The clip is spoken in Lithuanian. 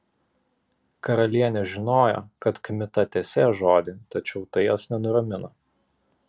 karalienė žinojo kad kmita tesės žodį tačiau tai jos nenuramino